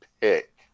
pick